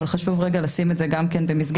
אבל חשוב לשים את זה גם כן במסגרת.